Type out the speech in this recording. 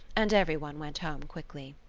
and everyone went home quickly.